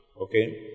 okay